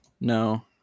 No